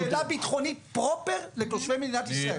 זאת שאלה ביטחונית פרופר לתושבי מדינת ישראל.